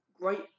great